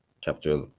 chapter